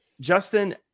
Justin